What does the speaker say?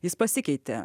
jis pasikeitė